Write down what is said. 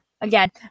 again